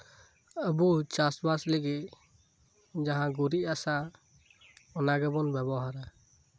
ᱟᱵᱚ ᱪᱟᱥᱵᱟᱥ ᱞᱟᱹᱜᱤᱫ ᱡᱟᱦᱟᱸ ᱜᱩᱨᱤᱡ ᱦᱟᱥᱟ ᱚᱱᱟᱜᱮᱵᱚᱱ ᱵᱮᱵᱚᱦᱟᱨᱟ